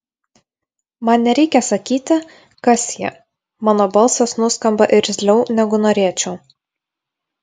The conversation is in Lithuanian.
man nereikia sakyti kas ji mano balsas nuskamba irzliau negu norėčiau